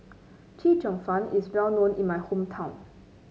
Chee Cheong Fun is well known in my hometown